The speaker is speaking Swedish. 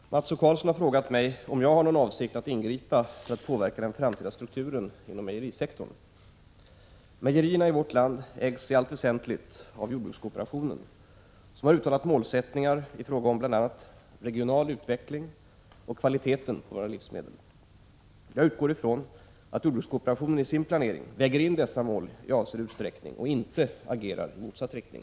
Herr talman! Mats O Karlsson har frågat mig om jag har någon avsikt att ingripa för att påverka den framtida strukturen inom mejerisektorn. Mejerierna i vårt land ägs i allt väsentligt av jordbrukskooperationen, som har uttalat målsättningar i fråga om bl.a. regional utveckling och kvaliteten på våra livsmedel. Jag utgår från att jordbrukskooperationen i sin planering väger in dessa mål i avsedd utsträckning och inte agerar i motsatt riktning.